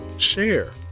share